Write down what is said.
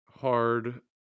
hard